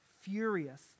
furious